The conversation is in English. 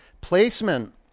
Placement